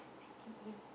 I_T_E